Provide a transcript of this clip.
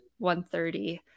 130